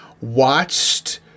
watched